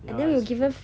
ya that's true